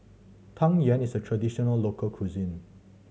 Tang Yuen is a traditional local cuisine